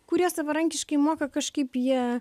kurie savarankiškai moka kažkaip jie